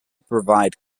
provide